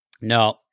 no